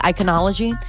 Iconology